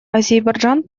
азербайджан